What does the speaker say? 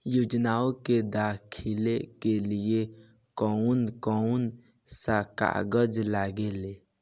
योजनाओ के दाखिले के लिए कौउन कौउन सा कागज लगेला?